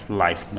life